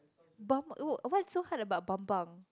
Bam~ what's so hard about Bambang